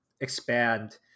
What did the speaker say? expand